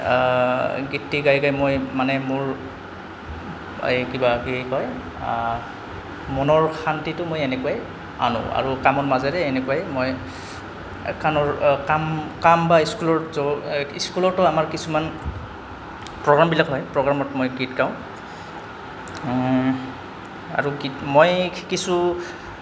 গীতটি গাই গাই মই মানে মোৰ এই কিবা কি কয় মনৰ শান্তিটো মই এনেকুৱাই আনো আৰু কামৰ মাজেৰে এনেকুৱাই মই কামৰ কাম কাম বা স্কুলৰ স্কুলতো আমাৰ কিছুমান প্ৰগ্ৰামবিলাক হয় প্ৰগ্ৰামত মই গীত গাওঁ আৰু গীত মই কিছু